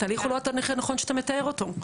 התהליך הוא לא התהליך הנכון שאתה מתאר אותו.